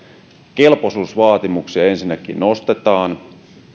kelpoisuusvaatimuksia ensinnäkin nostetaan